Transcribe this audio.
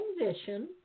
transition